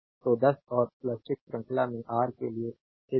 तो 10 और 6 श्रृंखला में आर के लिए इन है